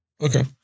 Okay